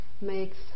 makes